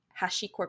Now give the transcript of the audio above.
HashiCorp